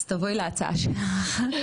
אז תבואי להצעה שלך.